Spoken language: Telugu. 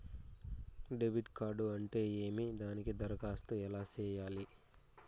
డెబిట్ కార్డు అంటే ఏమి దానికి దరఖాస్తు ఎలా సేయాలి